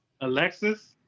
Alexis